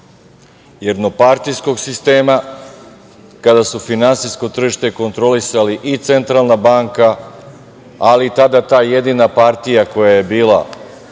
jednopartijskog sistema kada su finansijsko tržište kontrolisali i Centralna banka, ali i tada ta jedina partija koja je bila